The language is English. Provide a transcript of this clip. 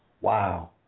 wow